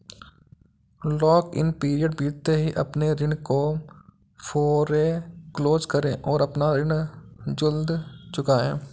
lock in period बीतते ही अपने ऋण को फोरेक्लोज करे और अपना ऋण जल्द चुकाए